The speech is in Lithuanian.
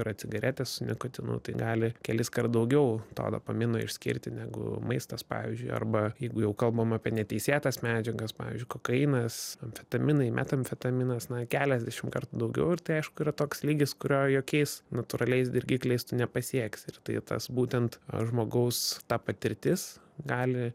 yra cigaretė su nikotinu tai gali keliskart daugiau to dopaminą išskirti negu maistas pavyzdžiui arba jeigu jau kalbam apie neteisėtas medžiagas pavyzdžiui kokainas amfetaminai metamfetaminas na keliasdešim kartų daugiau ir tai aišku yra toks lygis kurio jokiais natūraliais dirgikliais nepasieksi ir tai tas būtent a žmogaus ta patirtis gali